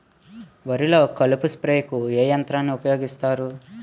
వరిలో కలుపు స్ప్రేకు ఏ యంత్రాన్ని ఊపాయోగిస్తారు?